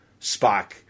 Spock